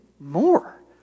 more